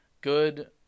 good